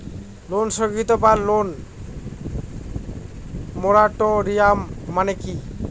ঋণ স্থগিত বা লোন মোরাটোরিয়াম মানে কি?